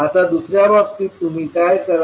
आता दुसऱ्या बाबतीत तुम्ही काय कराल